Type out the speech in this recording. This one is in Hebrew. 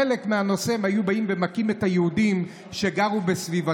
חלק מהנושא היה שהם היו באים ומכים את היהודים שגרו בסביבתם.